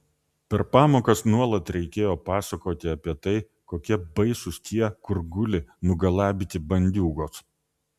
per pamokas nuolat reikėjo pasakoti apie tai kokie baisūs tie kur guli nugalabyti bandiūgos